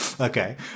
Okay